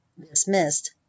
dismissed